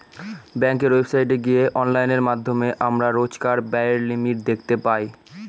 ব্যাঙ্কের ওয়েবসাইটে গিয়ে অনলাইনের মাধ্যমে আমরা রোজকার ব্যায়ের লিমিট দেখতে পাই